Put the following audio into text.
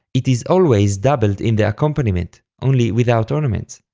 it is always doubled in the accompaniment, only without ornaments.